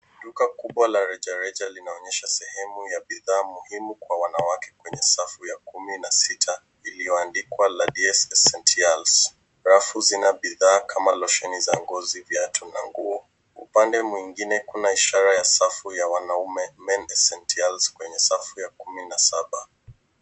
Duka kubwa la rejareja linaonyesha sehemu ya bidhaa muhimu kwa wanawake kwenye safu ya kumi na sita iliyoandikwa Ladies Essentials . Rafu zina bidhaa kama losheni za ngozi, viatu na nguo. Upande mwingine kuna ishara ya safu ya wanaume, Men Essentials kwenye safu ya kumi na saba.